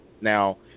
now